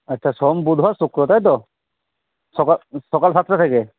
আচ্ছা সোম বুধ আর শুক্র তাই তো সকাল সকাল সাতটা থেকে